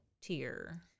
tier